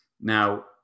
Now